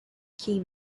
key